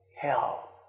hell